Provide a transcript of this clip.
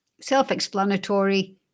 self-explanatory